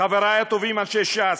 חבריי הטובים אנשי ש"ס,